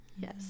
Yes